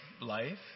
life